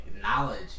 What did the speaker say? knowledge